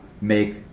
make